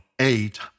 eight